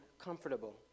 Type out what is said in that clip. comfortable